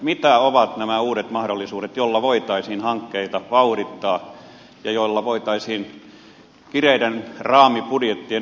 mitä ovat nämä uudet mahdollisuudet joilla voitaisiin hankkeita vauhdittaa ja joilla voitaisiin kireiden raamibudjettien ulkopuolelta mahdollisesti saada rahaa